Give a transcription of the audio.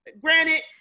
granted